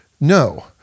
no